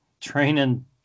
training